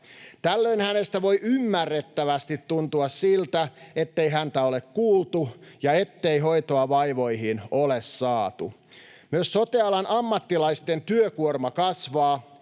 Tällöin hänestä voi ymmärrettävästi tuntua siltä, ettei häntä ole kuultu ja ettei hoitoa vaivoihin ole saatu. Myös sote-alan ammattilaisten työkuorma kasvaa